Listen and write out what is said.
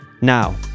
Now